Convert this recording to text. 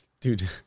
Dude